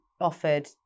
offered